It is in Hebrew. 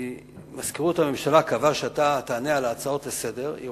מזכירות הממשלה קבעה שאתה תענה על ההצעות לסדר-היום,